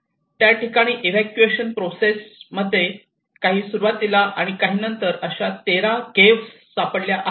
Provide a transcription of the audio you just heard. त्या ठिकाणी excavation process मध्ये काही सुरुवातीला आणि काही नंतर अशा 13 केव्ह सापडल्या आहेत